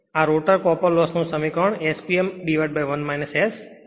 આ rotor copper loss નું સમીકરણ S P m1 S છે